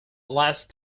last